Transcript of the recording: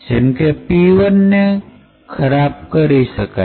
જેમ કે p one ને ખરાબ કરી શકે છે